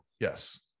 yes